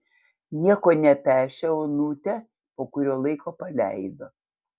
nieko nepešę onutę po kurio laiko paleido